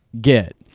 get